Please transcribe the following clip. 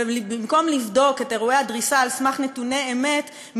ובמקום לבדוק את אירועי הדריסה על סמך נתוני אמת,